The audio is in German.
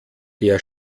der